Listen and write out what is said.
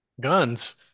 Guns